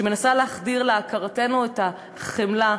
שמנסה להחדיר להכרתנו את החמלה,